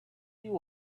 you